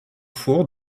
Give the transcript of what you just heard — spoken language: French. four